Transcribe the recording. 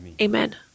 Amen